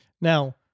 Now